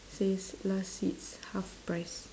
says last seats half price